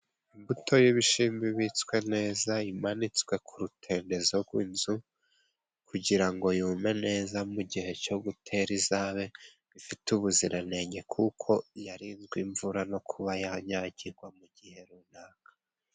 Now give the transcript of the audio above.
Imbuto y'ibishimbo ibitswe neza imanitswe ku rutendezo rw'inzu kugira ngo yume neza, mu gihe cyo gutera izabe ifite ubuziranenge ku ko yarinzwe imvura no kuba yanyagirwa mu gihe runaka.